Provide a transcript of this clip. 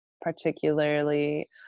particularly